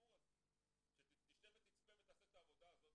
בסיפור הזה ברגע שנשב ונצפה ונעשה את העבודה הזו.